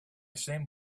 seemed